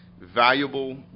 valuable